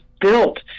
built